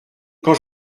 quand